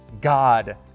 God